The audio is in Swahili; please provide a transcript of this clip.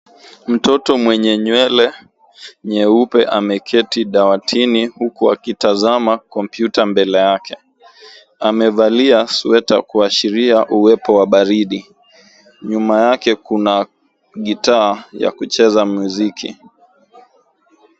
Mtoto mwenye nywele nyeupe ameketi dawatini huku akitazama kompyuta mbele yake. Amevalia sweta kuashiria uwepo wa baridi Nyuma yake kuna gita yakucheza mziki.